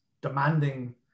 demanding